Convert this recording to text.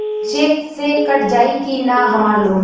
Check से cut जाई की ना हमार लोन?